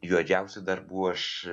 juodžiausių darbų aš